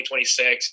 2026